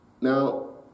Now